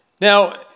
Now